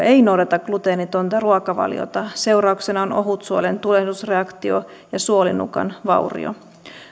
ei noudata gluteenitonta ruokavaliota seurauksena on ohutsuolen tulehdusreaktio ja suolinukan vaurio